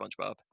SpongeBob